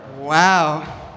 Wow